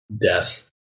death